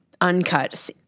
UNCUT